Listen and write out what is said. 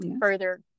further